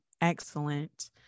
excellent